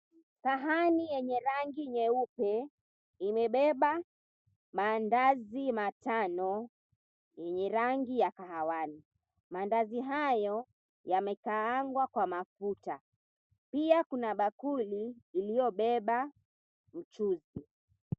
Sahani yenye rangi nyeupe, imebeba mandazi matano, yenye rangi ya kahawani. Mandazi hayo, yamekaangwa kwa mafuta. Pia kuna bakuli, iliyobeba mchuzi.